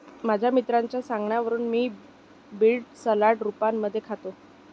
माझ्या मित्राच्या सांगण्यावरून मी बीड सलाड रूपामध्ये खातो